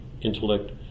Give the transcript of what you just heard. intellect